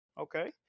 Okay